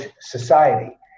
society